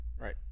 Right